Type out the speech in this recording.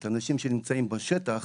את האנשים שנמצאים בשטח,